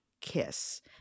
kiss